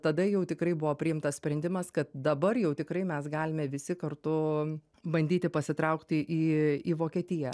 tada jau tikrai buvo priimtas sprendimas kad dabar jau tikrai mes galime visi kartu bandyti pasitraukti į į vokietiją